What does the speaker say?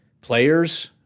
players